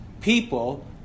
people